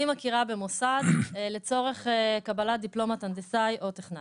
אני מכירה במוסד לצורך קבלת דיפלומת הנדסאי או טכנאי.